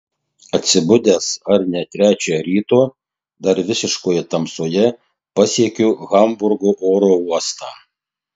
atsibudęs ar ne trečią ryto dar visiškoje tamsoje pasiekiu hamburgo oro uostą